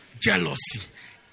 Jealousy